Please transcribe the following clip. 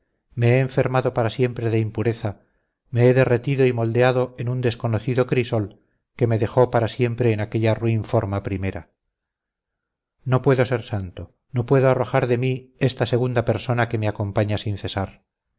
me he enfermado para siempre de impureza me he derretido y moldeado en un desconocido crisol que me dejó para siempre en aquella ruin forma primera no puedo ser santo no puedo arrojar de mí esta segunda persona que me acompaña sin cesar